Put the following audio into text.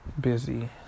busy